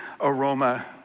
aroma